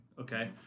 okay